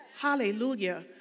Hallelujah